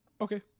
Okay